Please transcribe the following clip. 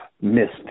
missed